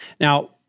Now